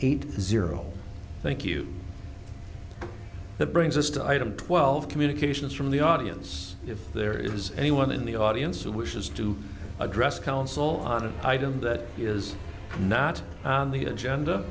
eight zero thank you the brings us to item twelve communications from the audience if there is anyone in the audience who wishes to address the council on an item that is not on the agenda